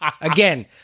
again